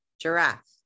Giraffe